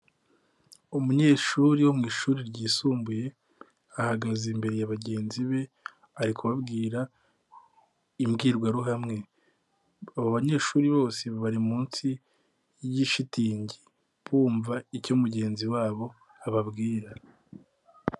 Umunyeshuri wo mu ishuri ryisumbuye, ahagaze imbere ya bagenzi be ari kubabwira imbwirwaruhame. Abo banyeshuri bose bari munsi y'ishitingi bumva icyo mugenzi wabo ababwira.